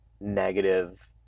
negative